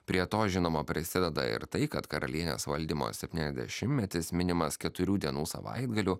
prie to žinoma prisideda ir tai kad karalienės valdymo septyniasdešimtmetis minimas keturių dienų savaitgaliu